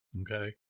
okay